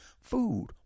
food